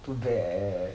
too bad